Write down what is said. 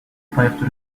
проекту